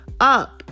up